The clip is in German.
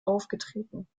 aufgetreten